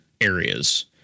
areas